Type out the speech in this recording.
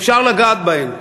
אפשר לגעת בהן,